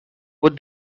what